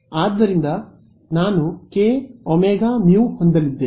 ಆದ್ದರಿಂದ ನಾನು kwμ ಹೊಂದಲಿದ್ದೇನೆ